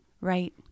right